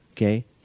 Okay